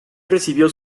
recibió